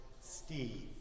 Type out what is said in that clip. Steve